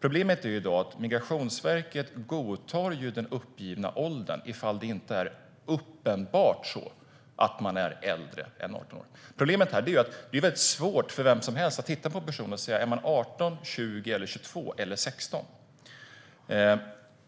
Problemet i dag är att Migrationsverket godtar den uppgivna åldern om det inte är uppenbart så att man är äldre än 18 år. Problemet är att det är svårt för vem som helst att titta på en person och säga att personen är 18, 20, 22 eller 16.